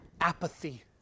apathy